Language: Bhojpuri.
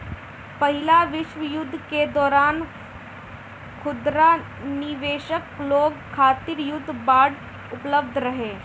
पहिला विश्व युद्ध के दौरान खुदरा निवेशक लोग खातिर युद्ध बांड उपलब्ध रहे